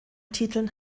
titeln